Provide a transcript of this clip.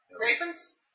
ravens